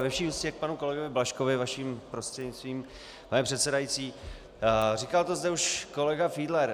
Ve vší úctě k panu kolegovi Blažkovi vaším prostřednictvím, pane předsedající říkal to zde už kolega Fiedler.